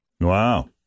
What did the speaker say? Wow